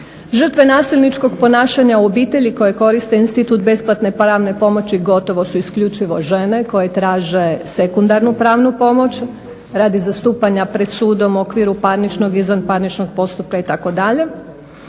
Žrtve nasilničkog ponašanja u obitelji koje koriste institut besplatne pravne pomoći gotovo su isključivo žene koje traže sekundarnu pravnu pomoć radi zastupanja pred sudom u okviru parničnog i izvan parničnog postupka itd.